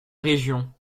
région